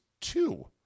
two